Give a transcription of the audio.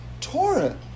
Torah